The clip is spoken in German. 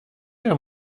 der